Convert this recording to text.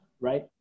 right